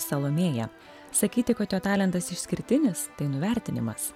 salomėja sakyti kad jo talentas išskirtinis tai nuvertinimas